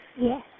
Yes